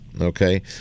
Okay